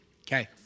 Okay